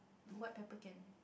white pepper can